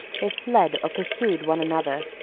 they fled or pursued one another,